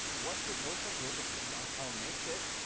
watch repulsor clip if you somehow missed it.